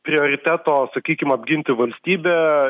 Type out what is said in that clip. prioriteto sakykim apginti valstybę